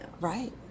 right